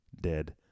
dead